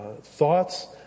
thoughts